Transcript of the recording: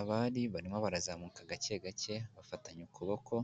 Abari barimo barazamuka gake gake bafatanye ukuboko,